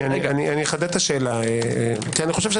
אתה אומר דבר מעניין.